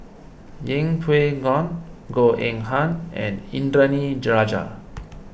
Yeng Pway Ngon Goh Eng Han and Indranee Rajah